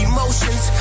Emotions